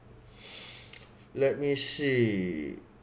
let me see